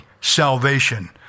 salvation